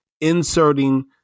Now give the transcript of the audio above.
inserting